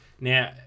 Now